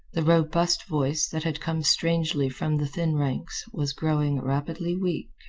the robust voice, that had come strangely from the thin ranks, was growing rapidly weak.